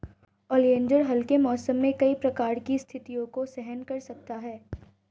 oleander हल्के मौसम में कई प्रकार की स्थितियों को सहन कर सकता है